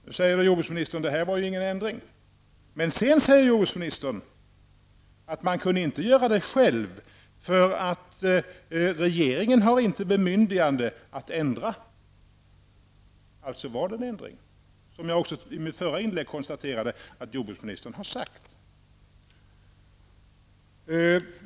Nu säger väl jordbruksministern att detta inte var någon ändring, men sedan säger jordbruksministern att man inte kunde göra detta själv eftersom regeringen inte har bemyndigande att ändra, det var allså en ändring. Det konstaterade jag också i mitt förra inlägg att jordbruksministern har sagt.